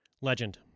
legend